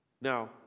Now